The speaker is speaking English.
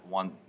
one